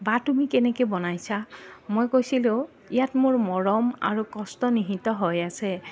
বা তুমি কেনেকে বনাইছা মই কৈছিলোঁ ইয়াত মোৰ মৰম আৰু কষ্ট নিহিত হৈ আছে